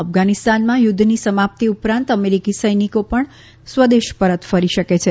અફધાનીસ્તાનમાં યુધ્ધની સમાપ્તિ સિવાય અમેરીકી સૈનિકોની સ્વદેશ પરત ફરી શકે છે